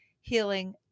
Healing